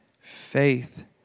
Faith